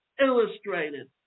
illustrated